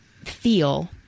feel